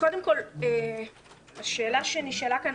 קודם כול השאלה שנשאלה כאן,